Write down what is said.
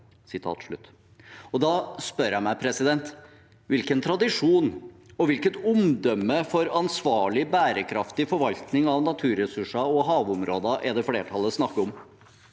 Da spør jeg meg: Hvilken tradisjon og hvilket omdømme for ansvarlig bærekraftig forvaltning av naturressurser og havområder er det flertallet snakker om?